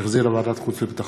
שהחזירה ועדת החוץ והביטחון.